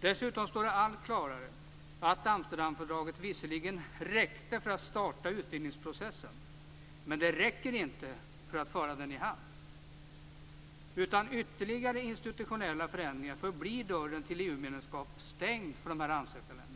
Dessutom står det allt klarare att Amsterdamfördraget visserligen räckte för att starta utvidgningsprocessen, men det räcker inte för att föra den i hamn. Utan ytterligare institutionella förändringar förblir dörren till EU-medlemskap stängd för dessa ansökarländer.